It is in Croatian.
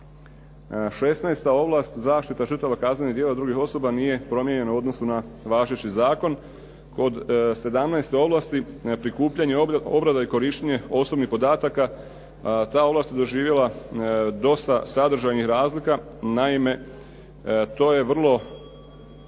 16. ovlast, zaštita žrtava kaznenih djela i drugih osoba nije promijenjena u odnosu na važeći zakon. Kod 17. ovlasti prikupljanje, obrada i korištenje osobnih podataka. Ta ovlast je doživjela dosta sadržajnih razlika. Naime, to je vrlo